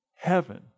heaven